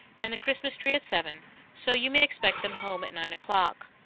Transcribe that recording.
and the christmas tree at seven so you may expect them home at nine o'clock.